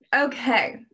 Okay